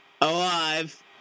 alive